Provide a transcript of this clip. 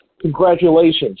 congratulations